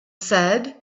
said